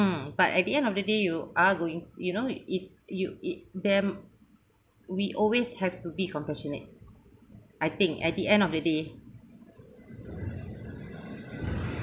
mm but at the end of the day you are going you know if you eat them we always have to be compassionate I think at the end of the day